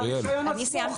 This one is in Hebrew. את הרישיון עצמו.